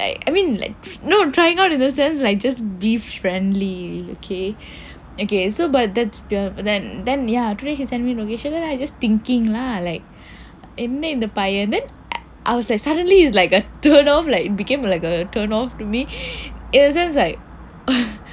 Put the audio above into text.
like I mean like not trying out in a sense like just be friendly ok ok so but that's behind then then ya today he send me location then I just thinking lah like என்ன இந்த பையன்:enna indtha paiyan then I I was like suddenly it's like a turnoff like became like a turnoff to me in a sense like